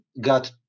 got